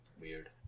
Weird